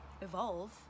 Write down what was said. evolve